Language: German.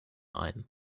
ein